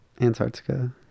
antarctica